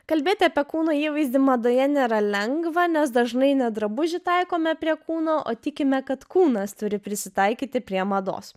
kalbėti apie kūno įvaizdį madoje nėra lengva nes dažnai ne drabužį taikome prie kūno o tikime kad kūnas turi prisitaikyti prie mados